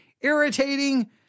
irritating